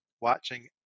watching